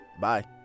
Bye